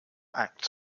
acts